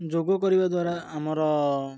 ଯୋଗ କରିବା ଦ୍ୱାରା ଆମର